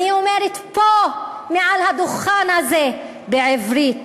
אני אומרת פה מעל הדוכן הזה בעברית.